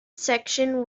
section